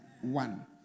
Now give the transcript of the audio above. One